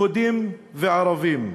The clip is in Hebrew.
יהודים וערבים.